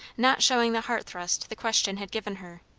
not showing the heart-thrust the question had given her.